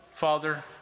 father